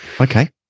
Okay